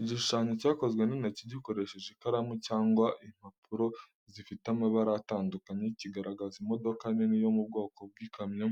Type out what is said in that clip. Igishushanyo cyakozwe n’intoki, gikoresheje ikaramu cyangwa impapuro zifite amabara atandukanye, kigaragaza imodoka nini yo mu bwoko bw'ikamyo